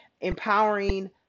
empowering